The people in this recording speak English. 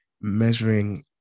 measuring